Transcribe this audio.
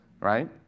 right